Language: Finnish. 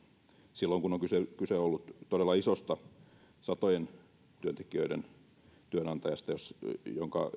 silloin kun on kyse ollut todella isosta satojen työntekijöiden työnantajasta jonka